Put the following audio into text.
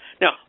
Now